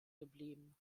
geblieben